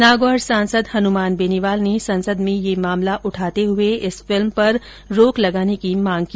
नागौर सांसद हनुमान बेनीवाल ने संसद में यह मामला उठाते हुए इस फिल्म पर रोक लगाने की मांग की